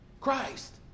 Christ